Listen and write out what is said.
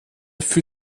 für